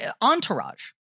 Entourage